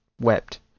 wept